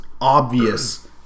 obvious